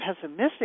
pessimistic